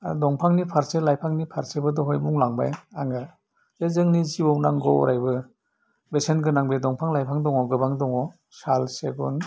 आरो दंफांनि फारसे लाइफांनि फारसेबो दहय बुलांबाय आङो जे जोंनि जिउआव नांगौ आरो बे बेसेन गोनां दफां लाइफां दङ गोबां दङ साल सिगुन